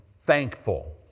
thankful